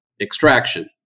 extraction